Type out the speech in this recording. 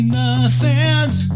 nothing's